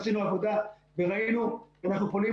עשינו עבודה וראינו שאנחנו יכולים